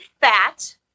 fat